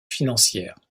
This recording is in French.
financières